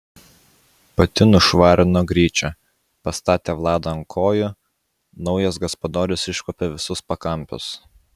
pati nušvarino gryčią pastatė vladą ant kojų naujas gaspadorius iškuopė visus pakampius